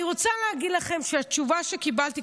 אני רוצה להגיד לכם שהתשובה שקיבלתי,